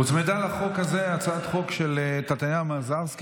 הוצמדה להצעת החוק הזאת הצעת חוק של חברת הכנסת